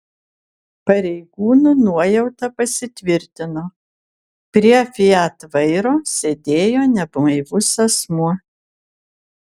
pareigūnų nuojauta pasitvirtino prie fiat vairo sėdėjo neblaivus asmuo